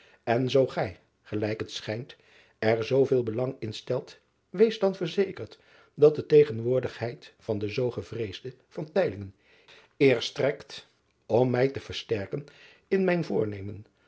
en zoo gij gelijk het schijnt er zooveel belang in stelt wees dan verzekerd dat de tegenwoordigheid van den zoo gevreesden eer strekt om mij te versterken in mijn voornemen